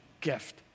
gift